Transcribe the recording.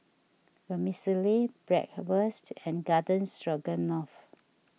Vermicelli Bratwurst and Garden Stroganoff